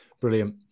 Brilliant